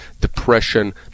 depression